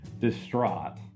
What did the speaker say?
distraught